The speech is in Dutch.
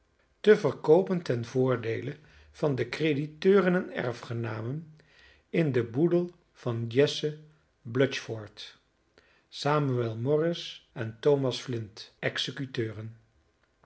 te verkoopen ten voordeele van de crediteuren en erfgenamen in den boedel van jesse blutchford samuel morris en tomas